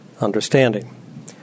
understanding